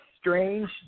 strange